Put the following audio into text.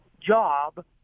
job